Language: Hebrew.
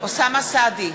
אוסאמה סעדי,